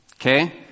okay